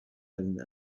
einen